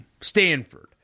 Stanford